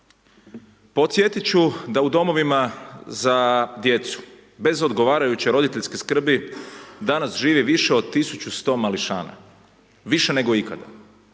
Podsjetiti ću da u domovima za djecu, bez odgovarajuće roditeljske skrbi, danas živi više od 1100 mališana, više nego ikada.